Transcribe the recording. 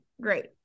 great